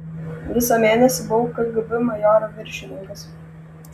visą mėnesį buvau kgb majoro viršininkas